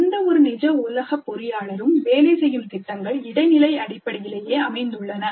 எந்த ஒரு நிஜ உலக பொறியாளரும் வேலை செய்யும் திட்டங்கள் இடைநிலை அடிப்படையிலேயே அமைந்துள்ளன